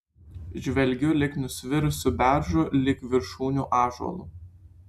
žvelgiu lig nusvirusių beržų lig viršūnių ąžuolų